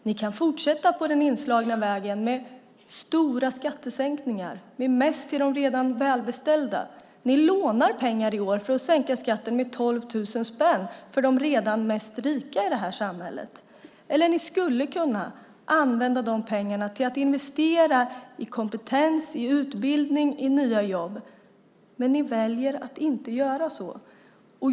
Ni kan fortsätta på den inslagna vägen med stora skattesänkningar, med mest till de redan välbeställda. Ni lånar pengar i år för att sänka skatten med 12 000 spänn för de redan rikaste i det här samhället. Ni skulle kunna använda de pengarna till att investera i kompetens, utbildning och nya jobb, men ni väljer att inte göra det.